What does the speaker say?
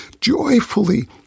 joyfully